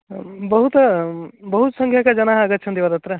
बहु बहु संख्यकाः जनाः आगच्छन्ति वा तत्र